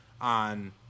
on